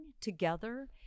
together